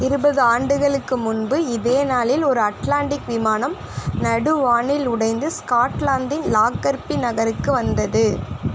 இருபது ஆண்டுகளுக்கு முன்பு இதே நாளில் ஒரு அட்லாண்டிக் விமானம் நடுவானில் உடைந்து ஸ்காட்லாந்தின் லாக்கர்பி நகருக்கு வந்தது